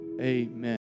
Amen